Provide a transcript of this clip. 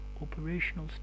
Operational